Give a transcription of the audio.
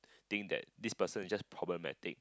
think that this person is just problematic